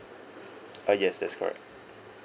uh yes that's correct